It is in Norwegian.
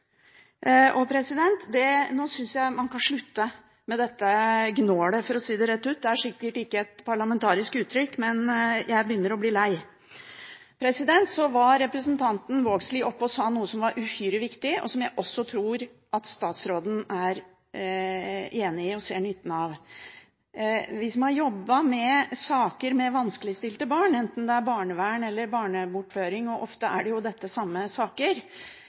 Nå synes jeg man kan slutte med dette gnålet, for å si det rett ut. Det er sikkert ikke er parlamentarisk uttrykk, men jeg begynner å bli lei. Så var representanten Vågslid oppe og sa noe som var uhyre viktig, og som jeg også tror at statsråden er enig i og ser nytten av. Vi som har jobbet med saker med vanskeligstilte barn, enten det er barnevern eller barnebortføring – og ofte er jo dette samme saker